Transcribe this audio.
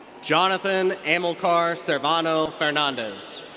jonathan amilcar cervano fernandez.